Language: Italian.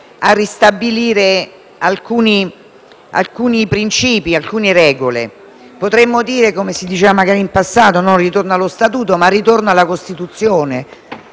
a ristabilire alcuni princìpi e alcune regole. Potremmo dire, come si diceva in passato (ritorno allo Statuto): ritorno alla Costituzione.